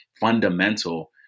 fundamental